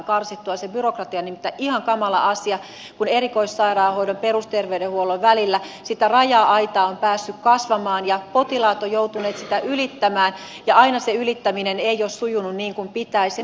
se byrokratia on nimittäin ihan kamala asia kun erikoissairaanhoidon ja perusterveydenhuollon välillä sitä raja aitaa on päässyt kasvamaan ja potilaat ovat joutuneet sitä ylittämään ja aina se ylittäminen ei ole sujunut niin kuin pitäisi